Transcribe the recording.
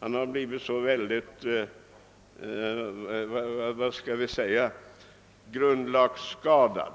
Han har blivit så väldigt, skall vi säga grundlagsskadad.